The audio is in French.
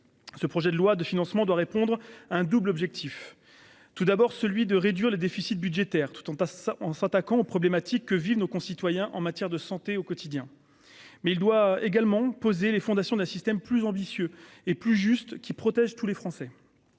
ce projet de loi de financement de répondre un double objectif : tout d'abord celui de réduire les déficits budgétaires tout en pas ça en s'attaquant aux problématiques que vivent nos concitoyens en matière de santé au quotidien mais il doit également poser les fondations d'un système plus ambitieux et plus juste qui protège tous les Français,